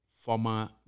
former